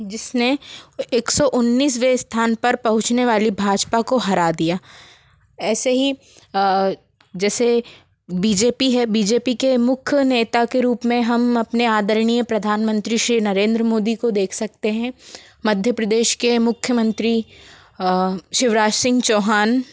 जिसने एक सौ उन्नीसवे स्थान पर पहुँचने वाली भाजपा को हरा दिया ऐसे ही जैसे बी जे पी है बी जे पी के मुख्य नेता के रूप में हम अपने आदरणीय प्रधानमंत्री श्री नरेंद्र मोदी को देख सकते है मध्य प्रदेश के मुख्यमंत्री शिवराज सिंह चौहान